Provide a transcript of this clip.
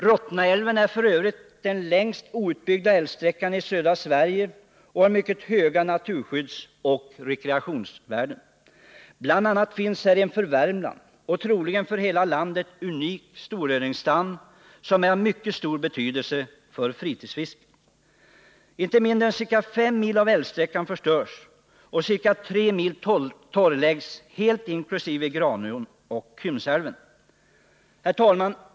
Rottnaälven är den längst outbyggda älvsträckan i södra Sverige och har mycket höga naturskyddsoch rekreationsvärden. BI. a. finns här en för Värmland och troligen för hela landet unik storöringsstam. som är av mycket stor betydelse 169 för fritidsfisket. Ca 5 mil av älvsträckan förstörs. Inte mindre än 3 mil torrläggs helt inkl. Granån och Kymsälven.